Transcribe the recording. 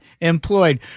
employed